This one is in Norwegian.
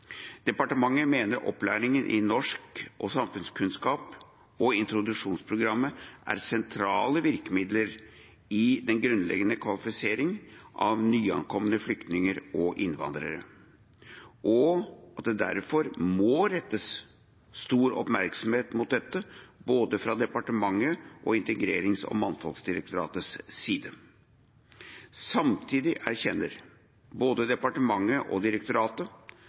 Departementet mener opplæringa i norsk og samfunnskunnskap og introduksjonsprogrammet er sentrale virkemidler i den grunnleggende kvalifiseringa av nyankomne flyktninger og innvandrere, og at det derfor må rettes stor oppmerksomhet mot dette fra både departementet og Integrerings- og mangfoldsdirektoratets side. Samtidig erkjenner både departementet og direktoratet